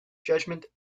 judgment